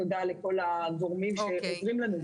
תודה לכל הגורמים שעוזרים לנו.